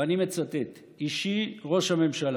ואני מצטט: "אישי ראש הממשלה,